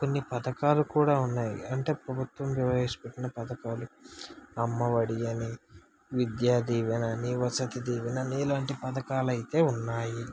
కొన్ని పథకాలు కూడా ఉన్నాయి అంటే ప్రభుత్వం ప్రవేశపెట్టిన పథకాలు అమ్మ ఒడి అని విద్యా దీవెన అని వసతి దీవెన అని ఇలాంటి పథకాలు అయితే ఉన్నాయి